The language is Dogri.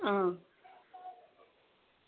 हां